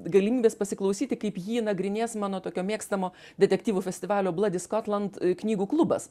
galimybės pasiklausyti kaip jį nagrinės mano tokio mėgstamo detektyvų festivalio bloody scotland knygų klubas